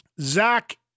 Zach